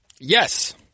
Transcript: Yes